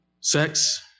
sex